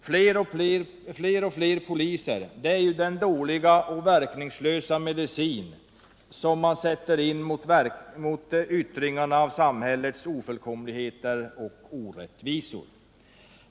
Fler och fler poliser är den dåliga och verkningslösa medicin som sätts in mot yttringarna av samhällets ofullkomligheter och orättvisor.